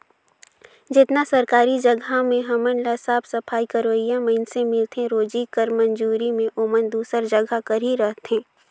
जेतना सरकारी जगहा मन में हमन ल साफ सफई करोइया मइनसे मिलथें रोजी कर मंजूरी में ओमन दूसर जगहा कर ही रहथें